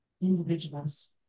individuals